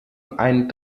ein